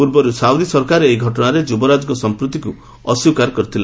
ପୂର୍ବରୁ ସାଉଦି ସରକାର ଏହି ଘଟଣାରେ ଯୁବରାଜଙ୍କ ସମ୍ପୃକ୍ତିକୁ ଅସ୍ୱୀକାର କରିଥିଲେ